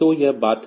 तो यह बात है